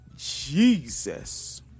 Jesus